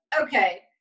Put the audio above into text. okay